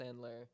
Sandler